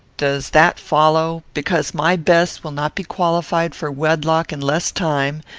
does that follow? because my bess will not be qualified for wedlock in less time,